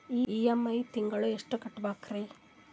EMI ತಿಂಗಳ ಎಷ್ಟು ಕಟ್ಬಕ್ರೀ?